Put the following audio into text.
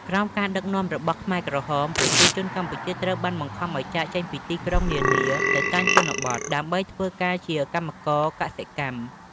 ក្រោមការដឹកនាំរបស់ខ្មែរក្រហម ប្រជាជនកម្ពុជាត្រូវបានបង្ខំឲ្យចាកចេញពីទីក្រុងនានាទៅកាន់ជនបទ ដើម្បីធ្វើការជាកម្មករកសិកម្ម។